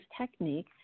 technique